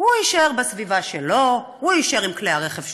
הוא יישאר בסביבה שלו, הוא יישאר עם כלי הרכב שלו,